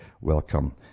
welcome